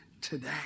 today